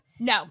No